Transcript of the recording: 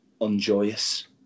unjoyous